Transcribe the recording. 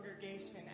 congregation